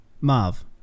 Marv